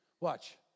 Watch